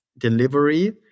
delivery